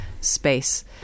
space